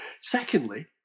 Secondly